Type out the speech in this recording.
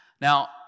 Now